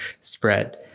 spread